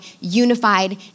unified